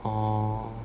orh